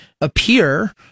appear